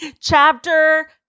Chapter